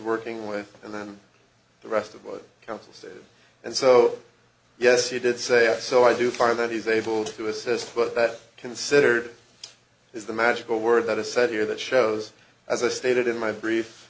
working with and then the rest of what counsel said and so yes he did say yes so i do find that he's able to assist but that considered is the magical word that is said here that shows as i stated in my brief